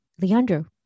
Leandro